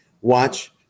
watch